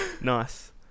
Nice